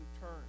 turn